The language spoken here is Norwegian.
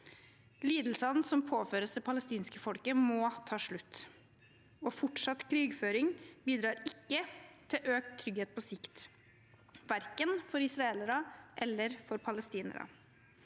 Lidelsene som påføres det palestinske folket, må ta slutt, og fortsatt krigføring bidrar ikke til økt trygghet på sikt – verken for israelere eller for palestinere.